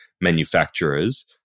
manufacturers